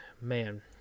man